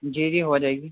جی جی ہو جائے گی